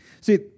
See